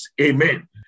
Amen